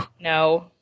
No